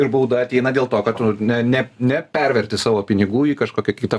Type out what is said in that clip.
ir bauda ateina dėl to kad ne ne ne perverti savo pinigų į kažkokią kitą